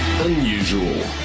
Unusual